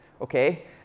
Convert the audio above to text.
okay